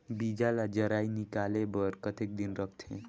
बीजा ला जराई निकाले बार कतेक दिन रखथे?